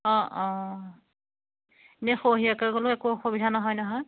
অঁ অঁ এনেই সৰহীয়াকৈ গ'লেও একো অসুবিধা নহয় নহয়